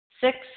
Six